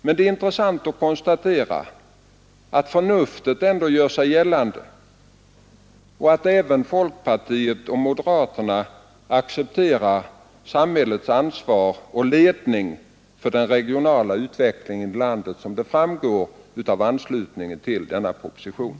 Men det är intressant att konstatera att förnuftet ändå gör sig gällande och att även folkpartiet och moderaterna accepterar samhällets ansvar och ledning för den regionala utvecklingen i landet, vilket framgår av anslutningen till denna proposition.